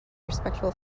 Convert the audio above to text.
respectful